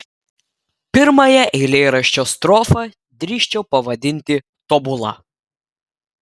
pirmąją eilėraščio strofą drįsčiau pavadinti tobula